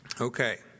Okay